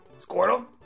Squirtle